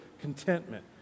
contentment